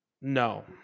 No